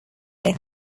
their